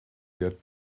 get